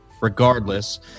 regardless